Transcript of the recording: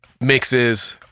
mixes